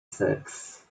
seks